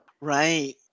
Right